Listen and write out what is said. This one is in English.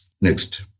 Next